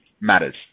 matters